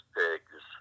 pigs